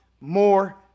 more